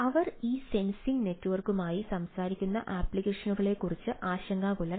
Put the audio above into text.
അവർ ഈ സെൻസിംഗ് നെറ്റ്വർക്കുമായി സംസാരിക്കുന്ന അപ്ലിക്കേഷനുകളെക്കുറിച്ച് ആശങ്കാകുലരാണ്